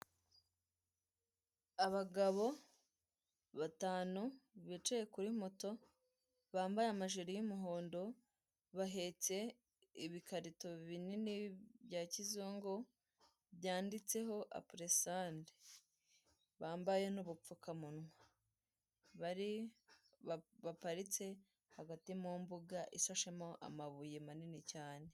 Abagabo batanu bicaye kuri moto, bambaye amajire y'umuhondo, bahetse ibikarito binini bya kizungu byanditseho apuresande, bambaye n'ubupfukamunwa, baparitse hagati mu mbuga isashemo amabuye manini cyane.